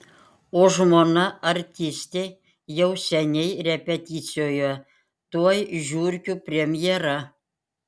o žmona artistė jau seniai repeticijoje tuoj žiurkių premjera